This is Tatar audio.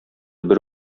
бер